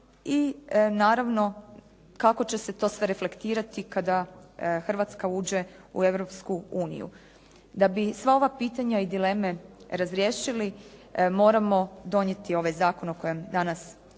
i naravno kako će se to sve reflektirati kada Hrvatska uđe u Europsku uniju. Da bi sva ova pitanja i dileme razriješili moramo donijeti ovaj zakon o kojem danas